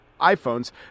iPhones